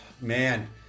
man